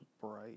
bright